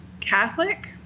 Catholic